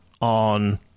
on